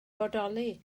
bodoli